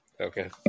Okay